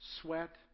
sweat